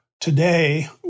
today